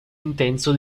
intenso